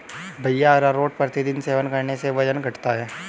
भैया अरारोट प्रतिदिन सेवन करने से वजन घटता है